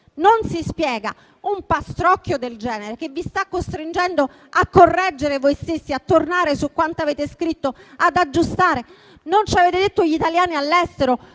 non si spiega un pastrocchio del genere, che vi sta costringendo a correggere voi stessi, a tornare su quanto avete scritto, ad aggiustare. Non ci avete detto come i 5 milioni di italiani all'estero